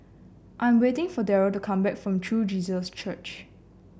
I'm waiting for Darryle to come back from True Jesus Church